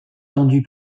tendu